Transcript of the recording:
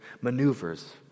maneuvers